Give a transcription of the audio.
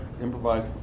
improvise